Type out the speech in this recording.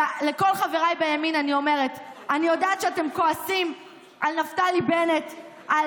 לכל חבריי בימין אני אומרת: אני יודעת שאתם כועסים על נפתלי בנט על